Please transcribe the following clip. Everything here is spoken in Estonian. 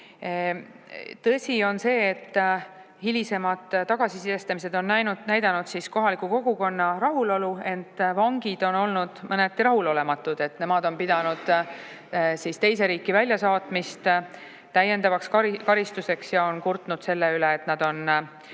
Tõsi on see, et hilisemad tagasisidestamised on näidanud kohaliku kogukonna rahulolu, ent vangid on olnud mõneti rahulolematud. Nemad on pidanud teise riiki väljasaatmist täiendavaks karistuseks ja on kurtnud selle üle, et nad on